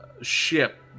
ship